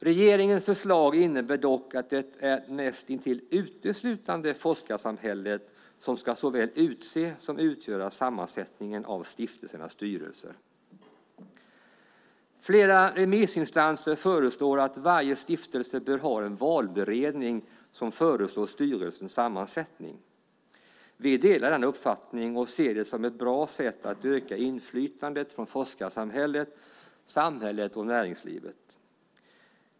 Regeringens förslag innebär dock att det är näst intill uteslutande forskarsamhället som ska såväl utse som utgöra sammansättningen av stiftelsernas styrelser. Flera remissinstanser föreslår att varje stiftelse bör ha en valberedning som föreslår styrelsens sammansättning. Vi delar denna uppfattning och ser det som ett bra sätt att öka inflytandet från forskarsamhället, samhället och näringslivet.